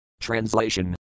Translation